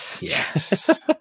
Yes